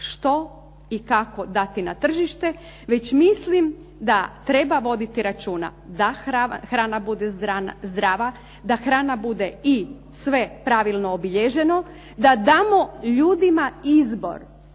što i kako dati na tržište, već mislim da treba voditi računa da hrana bude zdrava, da hrana bude i sve pravilno obilježeno, da damo ljudima izbor